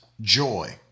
joy